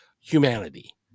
humanity